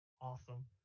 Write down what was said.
Awesome